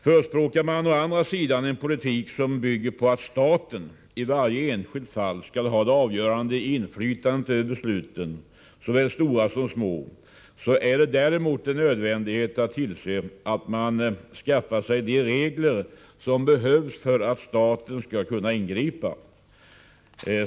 Förespråkar man å andra sidan en politik som bygger på att staten i varje enskilt fall skall ha det avgörande inflytandet över besluten, såväl stora som små, är det däremot en nödvändighet att tillse att man skaffar sig de regler som behövs för att staten skall kunna ingripa.